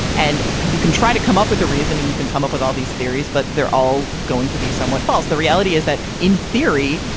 and you can try to come up with a reason and you can come up with all these theories, but they're all going to be somewhat false. the reality is that in theory,